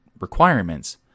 requirements